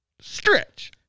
Stretch